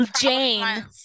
Jane